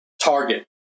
target